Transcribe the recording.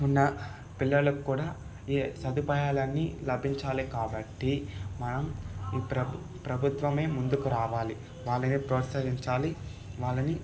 ఉన్న పిల్లలకు కూడా ఈ సదుపాయాలన్నీ లభించాలి కాబట్టి మనం ఈ ప్ర ప్రభుత్వం ముందుకు రావాలి వాళ్ళని ప్రోత్సాహించాలి వాళ్ళని